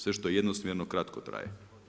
Sve što je jednosmjerno kratko traje.